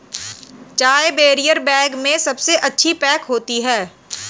चाय barrier bag में सबसे अच्छी पैक होती है